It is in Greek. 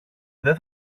δεν